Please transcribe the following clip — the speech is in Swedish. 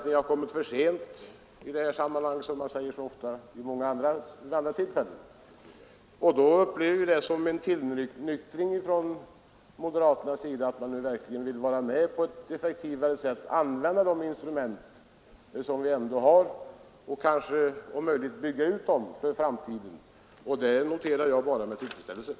”Ni har kommit för sent”, säger man som vid så många andra tillfällen. Vi upplever det som en tillnyktring hos moderaterna att ni verkligen vill vara med om att på ett effektivare sätt använda de instrument som vi ändå har och kanske, om möjligt, skärpa dem för framtiden. Det noterar jag bara med tillfredsställelse.